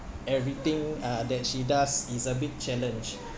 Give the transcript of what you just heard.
everything uh that she does is a big challenge